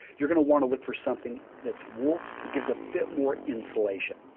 you're going to want to look for something that's wool that gives a bit more insulation.